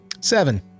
Seven